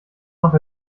noch